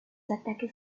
ataques